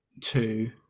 two